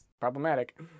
Problematic